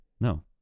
No